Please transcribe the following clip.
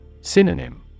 Synonym